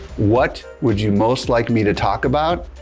what would you most like me to talk about?